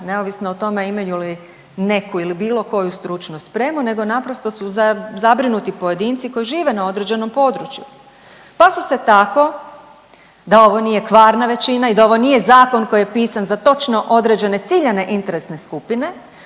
neovisno o tome imaju li neku ili bilo koju stručnu spremu nego naprosto su zabrinuti pojedinci koji žive na određenom području. Pa su se tako da ovo nije kvarna većina i da ovo nije zakon koji je pisan za točno određene ciljane interesne skupine,